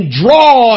draw